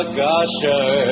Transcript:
gusher